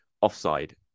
offside